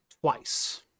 twice